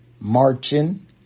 marching